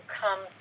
come